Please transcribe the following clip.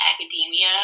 academia